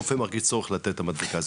רופא מרגיש צורך לתת את המדבקה הזאת,